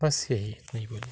बस यही इतना ही बोलना है